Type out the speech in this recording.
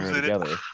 together